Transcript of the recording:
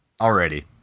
already